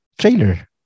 trailer